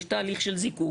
יש תהליך של זיקוק,